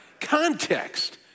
Context